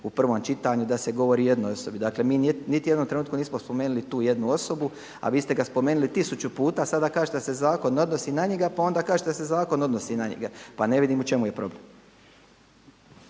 u prvom čitanju da se govori o jednoj osobi. Dakle mi u niti jednom trenutku nismo spomenuli tu jednu osobu a vi ste ga spomenuli tisuću puta a sada kažete da se zakon ne odnosi na njega pa onda kažete da se zakon odnosi na njega, pa ne vidim u čemu je problem.